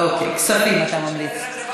אוקיי, כספים אתה ממליץ.